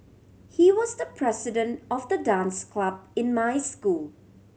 he was the president of the dance club in my school